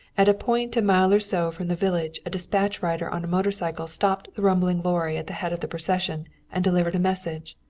at a point a mile or so from the village a dispatch rider on a motor cycle stopped the rumbling lorry at the head of the procession and delivered a message,